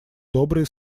добрые